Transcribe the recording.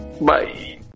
Bye